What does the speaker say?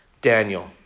Daniel